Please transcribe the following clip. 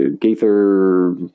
Gaither